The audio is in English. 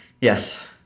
Yes